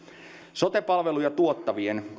sote palveluja tuottavien